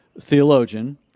theologian